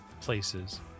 places